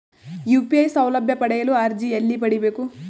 UPI ಸೌಲಭ್ಯ ಪಡೆಯಲು ಅರ್ಜಿ ಎಲ್ಲಿ ಪಡಿಬೇಕು?